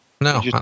No